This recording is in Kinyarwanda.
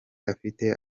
afite